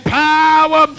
power